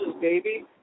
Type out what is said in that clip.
baby